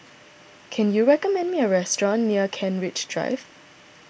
can you recommend me a restaurant near Kent Ridge Drive